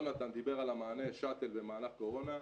דיבר על המענה שאטל במהלך הקורונה.